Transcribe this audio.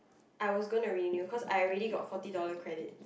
I was gonna renew cause I already got forty dollar credits